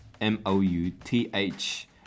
M-O-U-T-H